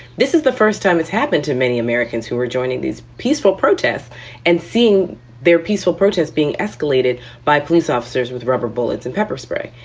this is the first time it's happened to many americans who are joining these peaceful protests and seeing their peaceful protest being escalated by police officers with rubber bullets and pepper spray.